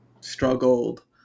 struggled